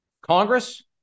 Congress